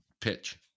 pitch